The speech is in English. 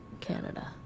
Canada